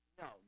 no